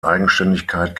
eigenständigkeit